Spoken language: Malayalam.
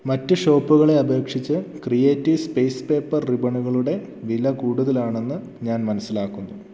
മറ്റ് ഷോപ്പുകളെ അപേക്ഷിച്ച് ക്രിയേറ്റീവ് സ്പേസ് പേപ്പർ റിബണുകളുടെ വില കൂടുതലാണെന്ന് ഞാൻ മനസ്സിലാക്കുന്നു